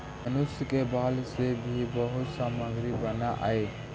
मनुष्य के बाल से भी बहुत सामग्री बनऽ हई